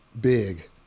big